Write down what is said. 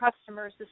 customers